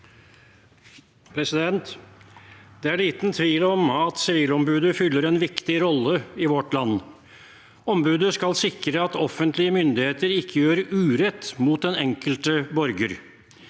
for saken): Det er liten tvil om at Sivilombudet fyller en viktig rolle i vårt land. Ombudet skal sikre at offentlige myndigheter ikke gjør urett mot den enkelte borger.